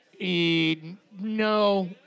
No